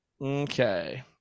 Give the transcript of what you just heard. Okay